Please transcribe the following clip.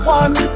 one